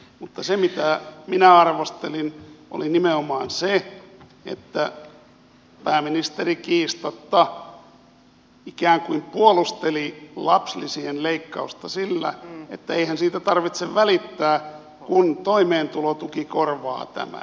mutta se mitä minä arvostelin oli nimenomaan se että pääministeri kiistatta ikään kuin puolusteli lapsilisien leikkausta sillä että eihän siitä tarvitse välittää kun toimeentulotuki korvaa tämän